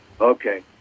Okay